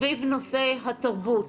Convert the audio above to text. סביב נושא התרבות,